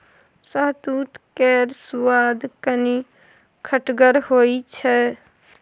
शहतुत केर सुआद कनी खटगर होइ छै